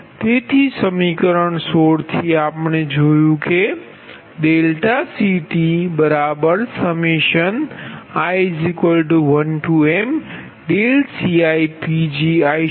તેથી સમીકરણ 16 થી આપણે જોયું છે કે ∆CTi1mCiPgioPgi∆Pgi